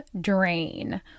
Drain